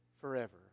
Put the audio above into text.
forever